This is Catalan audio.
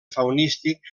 faunístic